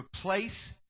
replace